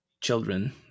children